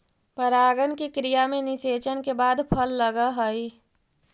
परागण की क्रिया में निषेचन के बाद फल लगअ हई